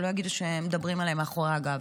שלא יגידו שמדברים עליהם מאחורי הגב,